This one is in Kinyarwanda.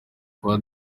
kwa